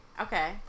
Okay